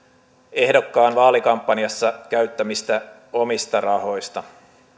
ehdokkaan vaalikampanjassa käyttämistä omista rahoista